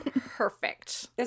perfect